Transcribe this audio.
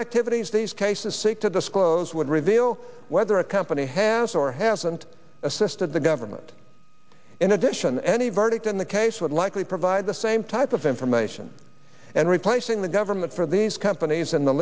activities these cases seek to disclose would reveal whether a company has or hasn't assisted the government in addition any verdict in the case would likely provide the same type of information and replacing the government for these companies in the